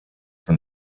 from